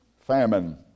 famine